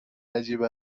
عجیب